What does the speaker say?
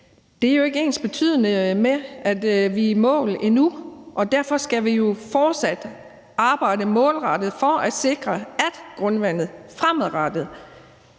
Det er jo ikke ensbetydende med, at vi er i mål endnu, og derfor skal vi fortsat arbejde målrettet for at sikre, at grundvandet fremadrettet